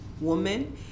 woman